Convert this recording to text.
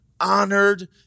honored